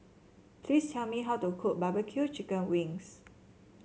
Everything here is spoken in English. please tell me how to cook barbecue Chicken Wings